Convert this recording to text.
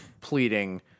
pleading